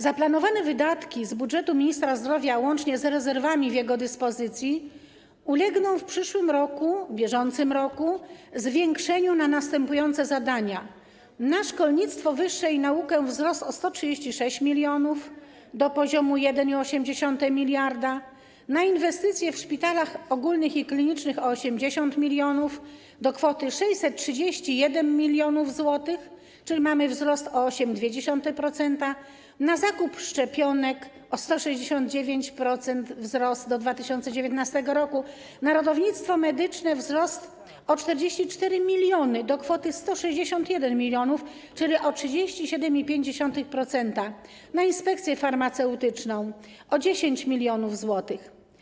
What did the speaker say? Zaplanowane wydatki z budżetu ministra zdrowia łącznie z rezerwami będącymi w jego dyspozycji ulegną w przyszłym roku, w bieżącym roku zwiększeniu na następujące zadania: na szkolnictwo wyższe i naukę - wzrost o 136 mln do poziomu 1,8 mld, na inwestycje w szpitalach ogólnych i klinicznych - wzrost o 80 mln do kwoty 631 mln zł, czyli mamy wzrost o 8,2%, na zakup szczepionek - wzrost o 169% w stosunku do 2019 r., na ratownictwo medyczne - wzrost o 44 mln do kwoty 161 mln, czyli o 37,5%, na inspekcję farmaceutyczną - wzrost o 10 mln zł.